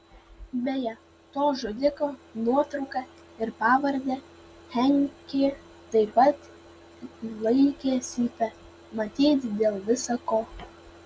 beje to žudiko nuotrauką ir pavardę henkė taip pat laikė seife matyt dėl visa ko